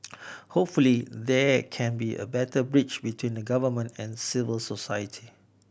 hopefully there can be a better bridge between the Government and civil society